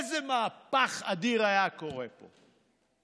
איזה מהפך אדיר היה קורה פה.